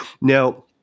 Now